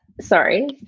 sorry